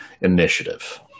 initiative